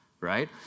right